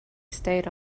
stayed